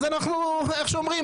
אז אנחנו איך אומרים?